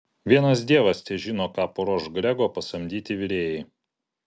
vienas dievas težino ką paruoš grego pasamdyti virėjai